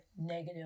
negative